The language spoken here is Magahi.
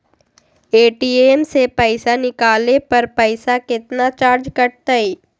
ए.टी.एम से पईसा निकाले पर पईसा केतना चार्ज कटतई?